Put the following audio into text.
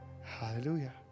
hallelujah